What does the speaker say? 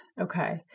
Okay